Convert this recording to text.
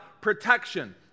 protection